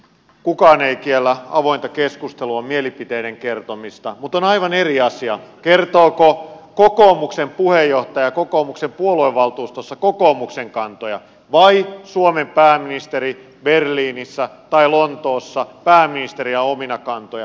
kukaan ei kiellä avointa keskustelua mielipiteiden kertomista mutta on aivan eri asia kertooko kokoomuksen puheenjohtaja kokoomuksen puoluevaltuustossa kokoomuksen kantoja vai suomen pääministeri berliinissä tai lontoossa pääministerinä omia kantojaan